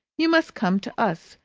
you must come to us,